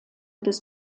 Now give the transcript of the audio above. des